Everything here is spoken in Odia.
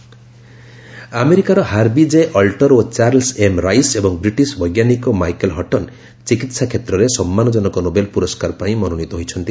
ନୋବେଲ୍ ମେଡିସିନ୍ ଆମେରିକାର ହାର୍ଭି ଜେ ଅଲ୍ଟର୍ ଓ ଚାର୍ଲସ୍ ଏମ୍ ରାଇସ୍ ଏବଂ ବ୍ରିଟିଶ୍ ବୈଜ୍ଞାନିକ ମାଇକେଲ୍ ହଟନ୍ ଚିକିହା କ୍ଷେତ୍ରରେ ସମ୍ମାନଜନକ ନୋବେଲ୍ ପୁରସ୍କାର ପାଇଁ ମନୋନୀତ ହୋଇଛନ୍ତି